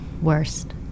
worst